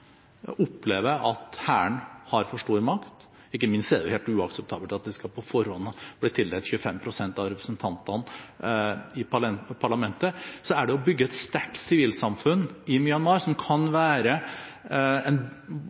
opplever at hæren har for stor makt – ikke minst er det helt uakseptabelt at de på forhånd skal ha blitt tildelt 25 pst. av representantene i parlamentet – er å bygge et sterkt sivilsamfunn i Myanmar, som kan være en